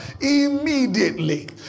immediately